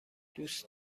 دوست